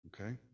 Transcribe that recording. okay